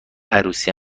عروسی